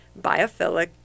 Biophilic